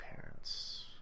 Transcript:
parents